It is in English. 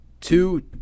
two